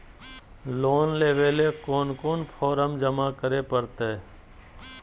Loan लेवे ले कोन कोन फॉर्म जमा करे परते?